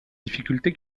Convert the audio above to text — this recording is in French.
difficulté